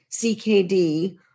CKD